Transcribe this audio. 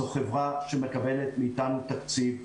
זאת חברה שמקבלת מאיתנו תקציב.